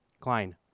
Klein